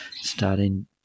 starting